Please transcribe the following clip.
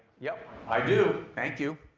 yep, i do. thank you.